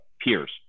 peers